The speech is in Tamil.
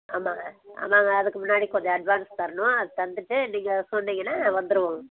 ஆமாங்க ஆமாங்க அதுக்கு முன்னாடி கொஞ்சம் அட்வான்ஸ் தரணும் அது தந்துவிட்டு நீங்கள் சொன்னிங்கனால் வந்துடுவோம்